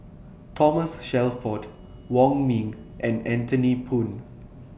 Thomas Shelford Wong Ming and Anthony Poon